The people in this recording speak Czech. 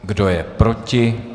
Kdo je proti?